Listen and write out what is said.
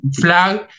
flag